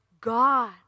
God